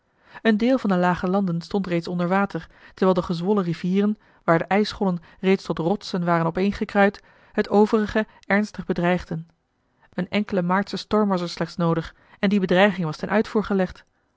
een deel van de lage landen stond reeds onder water terwijl de gezwollen rivieren waar de ijsschollen reeds tot rotsen waren opeengekruid het overige ernstig bedreigden een enkele maartsche storm was er slechts noodig en die bedreiging was tenuitvoergelegd en